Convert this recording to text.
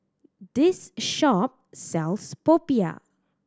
this shop sells popiah